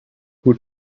who